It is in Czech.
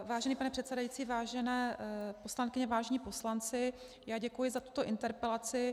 Vážený pane předsedající, vážené poslankyně, vážení poslanci, děkuji za tuto interpelaci.